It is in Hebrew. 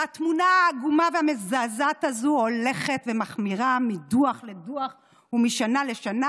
והתמונה העגומה והמזעזעת הזאת הולכת ומחמירה מדוח לדוח ומשנה לשנה,